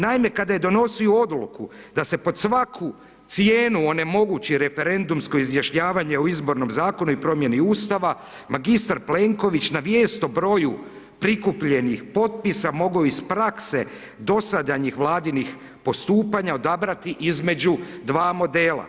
Naime, kada je donosio odluku da se po svaku cijenu onemogući referendumsko izjašnjavanje o izbornom zakonu i promjeni Ustava, magistar Plenković na vijest o broju prikupljenih potpisa mogo je iz prakse dosadanjih Vladinih postupanja odabrati između dva modela.